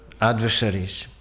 adversaries